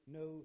no